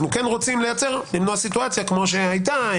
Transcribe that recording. אנחנו כן רוצים למנוע סיטואציה כמו שהייתה,